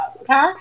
okay